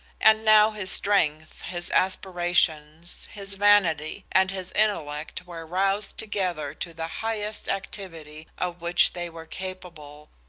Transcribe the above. and now his strength his aspirations, his vanity, and his intellect were roused together to the highest activity of which they were capable,